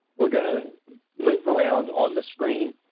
we're going to loop around on the screen,